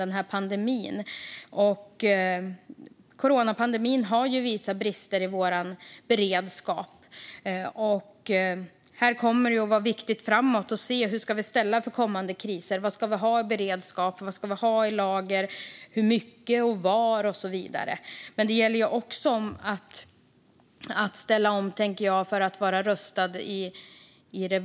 Den har ju visat på brister i vår beredskap, och därför är det viktigt att bestämma vad vi ska för beredskap inför kommande kriser, vad och hur mycket vi ska ha i lager och var och så vidare. Det gäller ju också att ställa om för att vara rustad i vardagen.